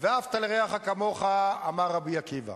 "ואהבת לרעך כמוך", אמר רבי עקיבא,